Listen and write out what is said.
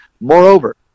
Moreover